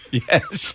yes